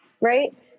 right